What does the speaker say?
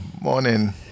Morning